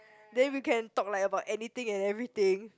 then we can talk like about anything and everything